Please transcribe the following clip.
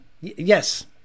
yes